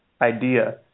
idea